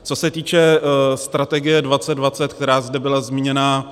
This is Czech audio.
Co se týče Strategie 2020, která zde byla zmíněna.